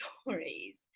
stories